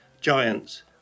giants